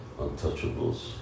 untouchables